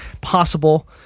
possible